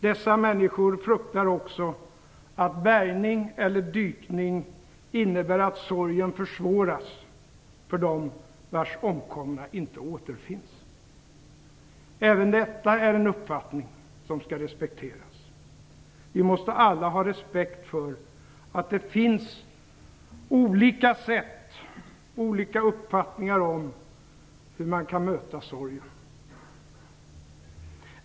Dessa människor fruktar också att bärgning eller dykning innebär att sorgen försvåras för dem vars omkomna inte återfinns. Även detta är en uppfattning som skall respekteras. Vi måste alla ha respekt för att det finns olika uppfattningar om hur man kan möta sorgen.